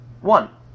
one